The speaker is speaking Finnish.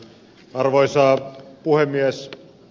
arvoisa puhemies